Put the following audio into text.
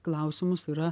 klausimus yra